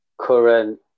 current